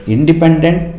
Independent